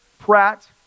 Pratt